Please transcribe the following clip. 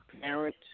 parent